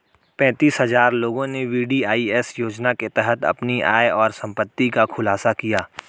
पेंतीस हजार लोगों ने वी.डी.आई.एस योजना के तहत अपनी आय और संपत्ति का खुलासा किया